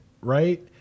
right